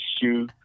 shoe